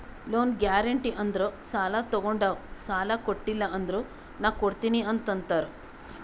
loan guarantee ಅಂದುರ್ ಸಾಲಾ ತೊಗೊಂಡಾವ್ ಸಾಲಾ ಕೊಟಿಲ್ಲ ಅಂದುರ್ ನಾ ಕೊಡ್ತೀನಿ ಅಂತ್ ಅಂತಾರ್